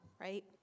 right